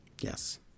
Yes